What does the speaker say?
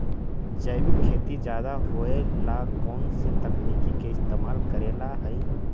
जैविक खेती ज्यादा होये ला कौन से तकनीक के इस्तेमाल करेला हई?